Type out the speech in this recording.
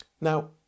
Now